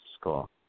school